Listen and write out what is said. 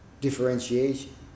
differentiation